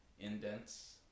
indents